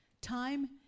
Time